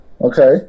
Okay